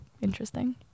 interesting